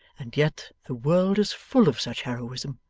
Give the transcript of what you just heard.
and yet the world is full of such heroism.